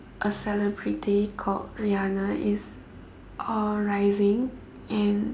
a celebrity called Rihanna is all rising and